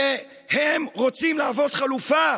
שהם רוצים להוות חלופה